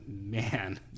man